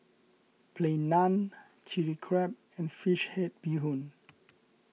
Plain Naan Chilli Crab and Fish Head Bee Hoon